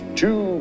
two